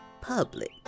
public